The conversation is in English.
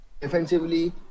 defensively